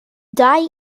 dau